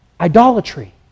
Idolatry